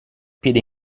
piede